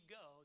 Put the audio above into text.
go